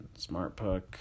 SmartPuck